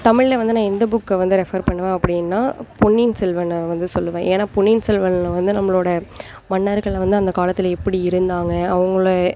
தமிழ்ல வந்த நான் எந்த புக்கை வந்து ரெஃபர் பண்ணுவேன் அப்படின்னா பொன்னியின் செல்வனை வந்து சொல்லுவேன் ஏன்னா பொன்னியின் செல்வன்ல வந்து நம்மளோட மன்னர்கள் வந்து அந்த காலத்தில் எப்படி இருந்தாங்க அவங்கள